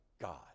God